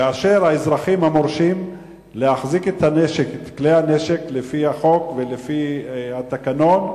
כאשר האזרחים המורשים להחזיק את כלי-הנשק לפי החוק ולפי התקנות,